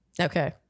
Okay